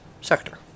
sector